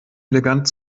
elegant